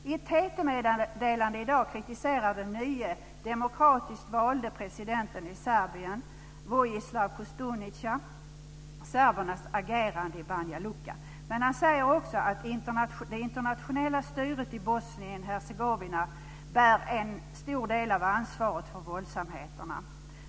I ett TT-meddelande i dag kritiserar den nye demokratiskt valde presidenten i Serbien Vojislav Kostunica serbernas agerande i Banja Luca, men han säger också att det internationella styret i Bosnien Hercegovina bär en stor del av ansvaret för våldsamheterna.